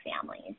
families